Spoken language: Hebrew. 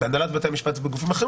בהנהלת בית המשפט ובגופים אחרים,